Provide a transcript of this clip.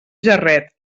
jarret